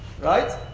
right